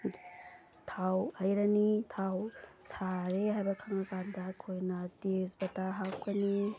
ꯊꯥꯎ ꯍꯩꯔꯅꯤ ꯊꯥꯎ ꯁꯥꯔꯦ ꯍꯥꯏꯕ ꯈꯪꯉꯀꯥꯟꯗ ꯑꯩꯈꯣꯏꯅ ꯇꯦꯁꯄꯇꯥ ꯍꯥꯞꯀꯅꯤ